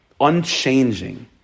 Unchanging